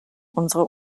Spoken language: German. unsere